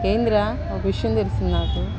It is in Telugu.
ఏదిరా ఒక విషయం తెలిసింది నాకు